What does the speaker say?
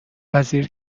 وزیر